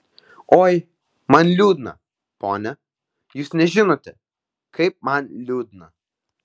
oi man liūdna pone jūs nežinote kaip man liūdna